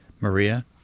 Maria